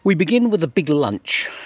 we begin with a big lunch,